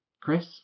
Chris